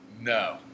No